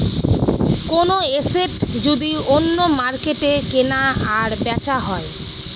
কোনো এসেট যদি অন্য মার্কেটে কেনা আর বেচা হয়